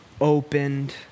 opened